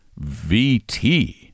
VT